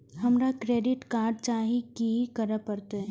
हमरा credit card चाही की करे परतै?